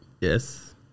Yes